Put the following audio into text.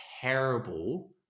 terrible